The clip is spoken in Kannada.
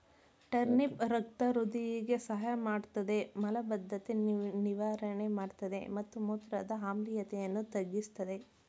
ಟರ್ನಿಪ್ ರಕ್ತ ವೃಧಿಗೆ ಸಹಾಯಮಾಡ್ತದೆ ಮಲಬದ್ಧತೆ ನಿವಾರಣೆ ಮಾಡ್ತದೆ ಮತ್ತು ಮೂತ್ರದ ಆಮ್ಲೀಯತೆಯನ್ನು ತಗ್ಗಿಸ್ತದೆ